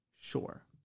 Sure